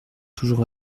toujours